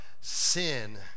sin